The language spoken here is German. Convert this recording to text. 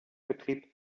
betrieb